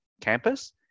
campus